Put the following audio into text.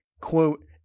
quote